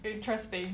interesting